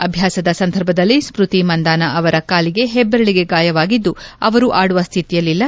ಅಭ್ಯಾಸದ ಸಂದರ್ಭದಲ್ಲಿ ಸ್ನತಿ ಮಂದಾನ ಅವರ ಕಾಲಿನ ಹೆಬ್ಬರಳಿಗೆ ಗಾಯವಾಗಿದ್ದು ಅವರು ಆಡುವ ಸ್ಥಿತಿಯಲ್ಲಿಲ್ಲ